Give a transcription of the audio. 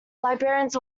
librarians